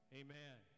amen